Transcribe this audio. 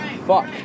Fuck